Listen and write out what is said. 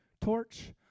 torch